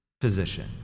position